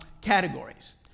categories